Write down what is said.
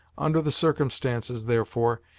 under the circumstances, therefore,